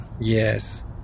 Yes